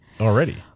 already